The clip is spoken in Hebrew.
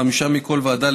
חמישה מכל ועדה,